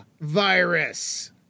virus